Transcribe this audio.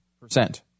percent